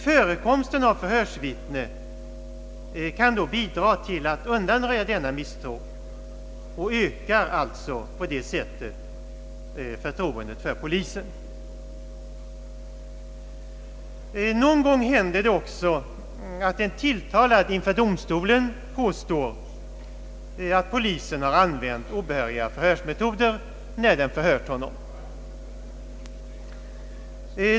Förekomsten av förhörsvittne kan då bidra till att undanröja denna misstro och ökar alltså på det sättet förtroendet för polisen. Någon gång händer det även att en tilltalad inför domstoden påstår att polisen har använt obehöriga förhörsmetoder när den förhört honom.